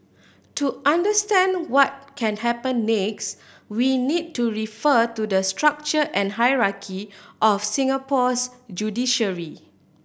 to understand what can happen next we need to refer to the structure and hierarchy of Singapore's judiciary